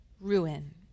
ruin